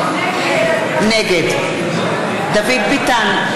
נגד דוד ביטן,